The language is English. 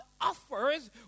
offers